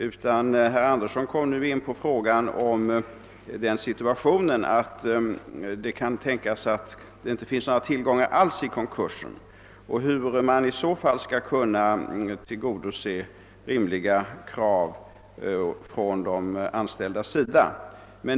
Herr Andersson kommer i stället in på den situationen att det kanske inte finns några tillgångar alls i konkursen och undrar hur man i så fall skall kunna tillgodose rimliga krav från de anställda.